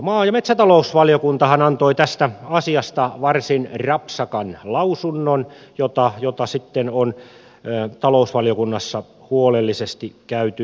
maa ja metsätalousvaliokuntahan antoi tästä asiasta varsin rapsakan lausunnon jota sitten on talousvaliokunnassa huolellisesti käyty läpi